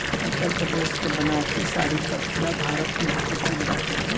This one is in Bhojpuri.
उत्तरप्रदेश के बनारसी साड़ी त पुरा भारत में ही प्रसिद्ध बाटे